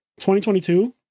2022